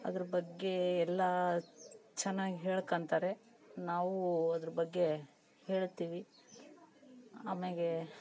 ಅದ್ರ ಬಗ್ಗೆ ಎಲ್ಲ ಚೆನ್ನಾಗ್ ಹೇಳ್ಕೊಂತಾರೆ ನಾವೂ ಹೋ ಅದ್ರ ಬಗ್ಗೆ ಹೇಳ್ತಿವಿ ಆಮ್ಯಾಗೇ